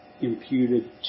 imputed